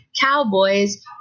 cowboys